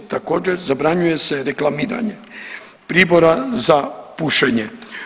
Također zabranjuje se reklamiranje pribora za pušenje.